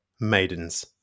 maidens